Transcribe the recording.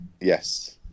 Yes